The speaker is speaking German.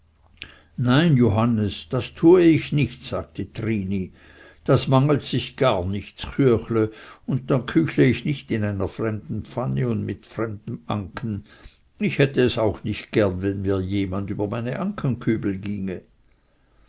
nein johannes das tue ich nicht sagte trini das manglet sich gar nicht z'küechle und dann küchle ich nicht in einer fremden pfanne und mit fremdem anken ich hätte es auch nicht gern wenn mir jemand über meine ankenkübel ginge